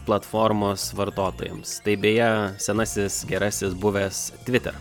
platformos vartotojams tai beje senasis gerasis buvęs twitter